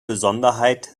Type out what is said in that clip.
besonderheit